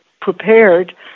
prepared